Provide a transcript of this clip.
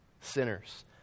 sinners